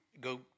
Go